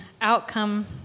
outcome